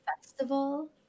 festival